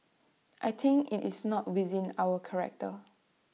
I think IT is not within our character